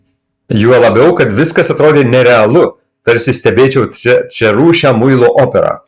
juo labiau kad viskas atrodė nerealu tarsi stebėčiau trečiarūšę muilo operą